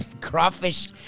Crawfish